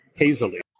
hazily